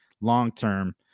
long-term